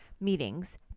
meetings